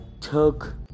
took